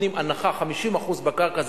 נותנים הנחה 50% בקרקע.